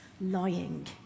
lying